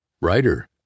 Writer